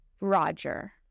Roger